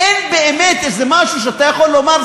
אין באמת איזה משהו שאתה יכול לומר,